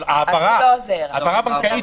אבל העברה בנקאית,